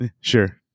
Sure